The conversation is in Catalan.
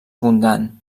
abundant